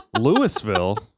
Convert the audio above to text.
Louisville